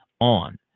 on